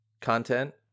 content